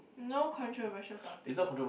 no controversial topics